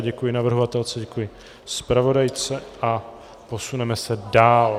Děkuji navrhovatelce a děkuji zpravodajce a posuneme se dál.